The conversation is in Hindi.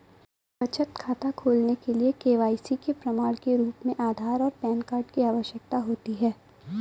बचत खाता खोलने के लिए के.वाई.सी के प्रमाण के रूप में आधार और पैन कार्ड की आवश्यकता होती है